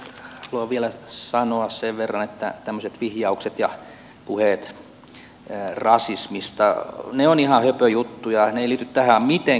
haluan vielä sanoa sen verran että tämmöiset vihjaukset ja puheet rasismista ovat ihan höpö juttuja ne eivät liity tähän mitenkään